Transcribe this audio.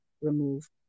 remove